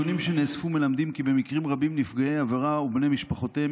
נתונים שנאספו מלמדים כי במקרים רבים נפגעי עבירה ובני משפחותיהם